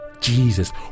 Jesus